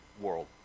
world